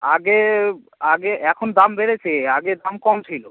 আগে আগে এখন দাম বেড়েছে আগে দাম কম ছিলো